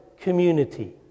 community